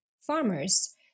farmers